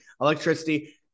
electricity